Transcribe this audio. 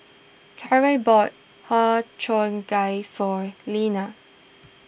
Kiarra bought Har Cheong Gai for Leeann